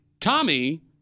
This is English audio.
Tommy